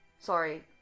Sorry